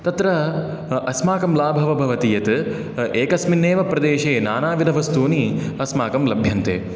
तत्र अस्माकं लाभः भवति यत् एकस्मिन्नेव प्रदेशे नानाविधवस्तूनि अस्माकं लभ्यन्ते